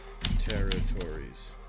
Territories